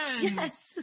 Yes